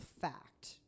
fact